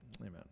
Amen